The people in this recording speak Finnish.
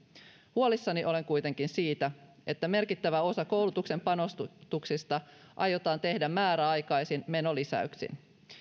huolissani olen kuitenkin siitä että merkittävä osa koulutuksen panostuksista aiotaan tehdä määräaikaisin menolisäyksin